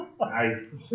Nice